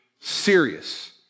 serious